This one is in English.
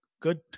good